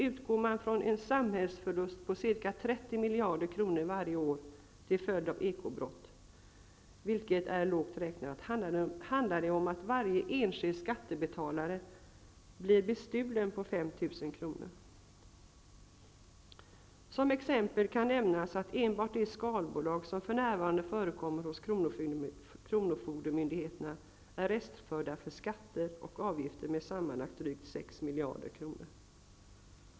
Utgår man från en samhällsförlust på ca 30 miljarder kronor varje år till följd av ekobrott -- vilket är lågt räknat -- handlar det om att varje enskild skattebetalare blir ''bestulen'' på 5 000 kr. Som exempel kan nämnas att enbart de skalbolag som för närvarande förekommer hos kronofogdemyndigheterna är restförda för skatter och avgifter m.m. med sammanlagt drygt 6 miljarder kronor.